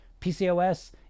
PCOS